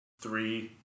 three